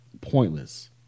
pointless